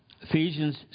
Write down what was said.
Ephesians